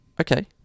Okay